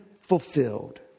fulfilled